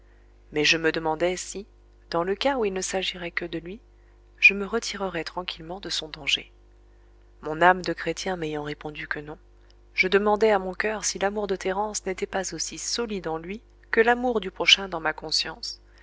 mais je me demandai si dans le cas où il ne s'agirait que de lui je me retirerais tranquillement de son danger mon âme de chrétien m'ayant répondu que non je demandai à mon coeur si l'amour de thérence n'était pas aussi solide en lui que l'amour du prochain dans ma conscience